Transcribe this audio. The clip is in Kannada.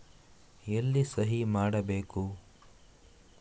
ಎಲ್ಲಿ ಸಹಿ ಮಾಡಬೇಕು?